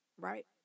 right